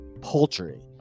poultry